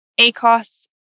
ACOS